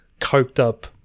coked-up